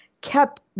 kept